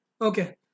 Okay